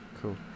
cool